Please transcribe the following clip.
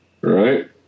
Right